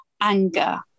anger